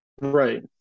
right